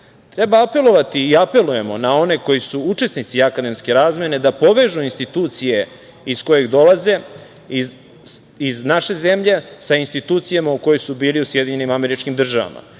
apelovati, i apelujemo, na one koji su učesnici akademske razmene da povežu institucije iz kojih dolaze iz naše zemlje sa institucijama u kojima su bili u SAD. Mi kao mali treba